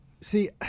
See